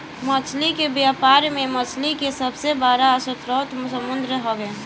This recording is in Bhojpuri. मछली के व्यापार में मछली के सबसे बड़ स्रोत समुंद्र हवे